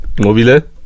Mobile